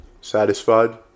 Satisfied